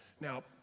Now